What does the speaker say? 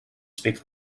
speak